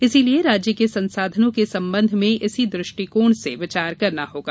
इसलिये राज्य के संशाधनों के संबंध में इसी दृष्टिकोण से विचार करना होगा